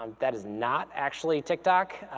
um that is not actually tiktok.